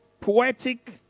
poetic